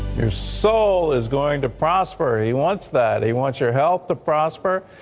your soul is going to prosper. he wants that. he wants your health to prosper.